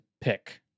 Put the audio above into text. pick